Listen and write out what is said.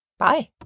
bye